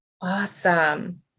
Awesome